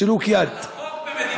סילוק יד,